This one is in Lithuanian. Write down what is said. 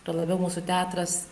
tuo labiau mūsų teatras